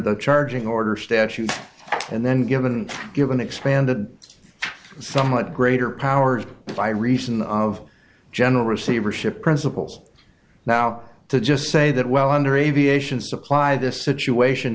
the charging order statute and then given given expanded somewhat greater powers by reason of general receivership principles now to just say that well under aviation supply this situation